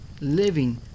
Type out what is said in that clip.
living